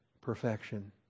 perfection